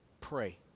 Pray